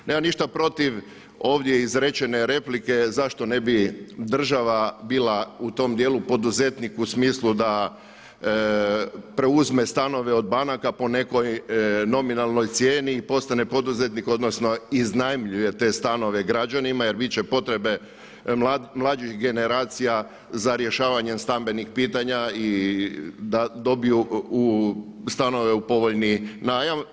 Nemam ništa protiv ovdje izrečene replike zašto ne bi država bila u tom djelu poduzetnik u smislu da preuzme stanove od banaka po nekoj nominalnoj cijeni i postane poduzetnik odnosno iznajmljuje te stanove građanima jer bit će potrebe mlađih generacija za rješavanje stambenih pitanja i da dobiju stanove u povoljni najam.